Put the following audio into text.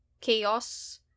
Chaos